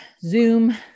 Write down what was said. zoom